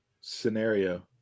scenario